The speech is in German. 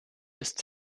ist